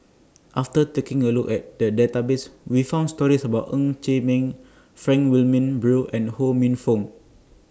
after taking A Look At The Database We found stories about Ng Chee Meng Frank Wilmin Brewer and Ho Minfong